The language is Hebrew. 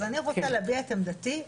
אני רוצה להביע את עמדתי,